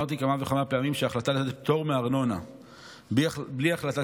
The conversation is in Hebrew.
אמרתי כמה וכמה פעמים שההחלטה לתת פטור מארנונה בלי החלטת